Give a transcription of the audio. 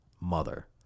mother